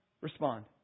respond